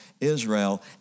Israel